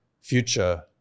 future